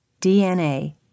DNA